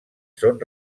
són